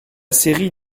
série